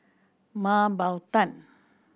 Mah Bow Tan